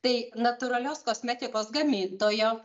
tai natūralios kosmetikos gamintojo